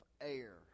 air